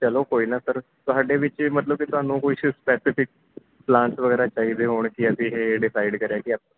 ਚਲੋ ਕੋਈ ਨਾ ਸਰ ਤੁਹਾਡੇ ਵਿੱਚ ਮਤਲਬ ਕਿ ਤੁਹਾਨੂੰ ਕੁਛ ਸਪੈਸੀਫਿਕ ਪਲਾਂਟ ਵਗੈਰਾ ਚਾਹੀਦੇ ਹੋਣਗੇ ਅਸੀਂ ਇਹ ਡਿਸਾਈਡ ਕਰਿਆ ਕਿ